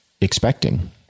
expecting